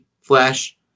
Flash